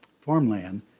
farmland